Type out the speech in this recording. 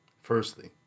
Firstly